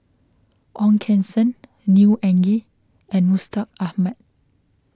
Ong Keng Sen Neo Anngee and Mustaq Ahmad